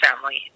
family